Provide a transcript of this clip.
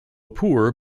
poor